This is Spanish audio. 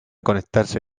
conectarse